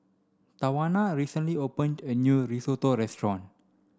Tawana recently opened a new Risotto restaurant